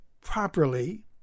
properly